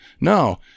No